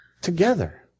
together